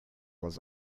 was